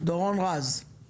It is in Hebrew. רק